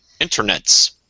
internets